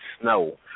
snow